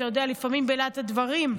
אתה יודע, לפעמים, בלהט הדברים.